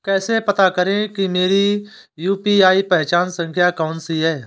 कैसे पता करें कि मेरी यू.पी.आई पहचान संख्या कौनसी है?